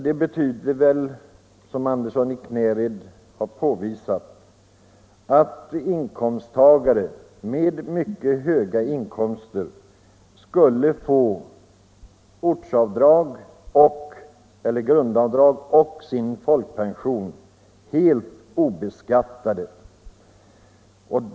Det betyder, som herr Andersson i Knäred påvisat, att inkomsttagare med mycket höga inkomster skulle få grundavdraget och sin folkpension helt obeskattade.